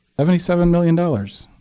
seven seven million dollars.